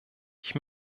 ich